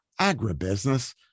agribusiness